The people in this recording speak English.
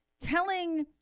telling